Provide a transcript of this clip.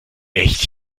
echt